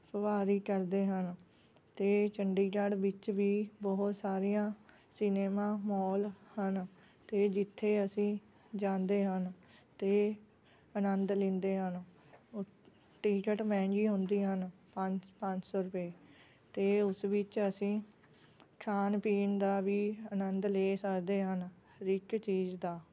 ਸਵਾਰੀ ਕਰਦੇ ਹਨ ਅਤੇ ਚੰਡੀਗੜ੍ਹ ਵਿੱਚ ਵੀ ਬਹੁਤ ਸਾਰੀਆਂ ਸਿਨੇਮਾ ਮੋਲ ਹਨ ਅਤੇ ਜਿੱਥੇ ਅਸੀਂ ਜਾਂਦੇ ਹਨ ਅਤੇ ਆਨੰਦ ਲੈਂਦੇ ਹਨ ਟਿਕਟ ਮਹਿੰਗੀ ਹੁੰਦੀ ਹਨ ਪੰਜ ਪੰਜ ਸੌ ਰੁਪਏ ਅਤੇ ਉਸ ਵਿੱਚ ਅਸੀਂ ਖਾਣ ਪੀਣ ਦਾ ਵੀ ਆਨੰਦ ਲੈ ਸਕਦੇ ਹਨ ਹਰ ਇੱਕ ਚੀਜ਼ ਦਾ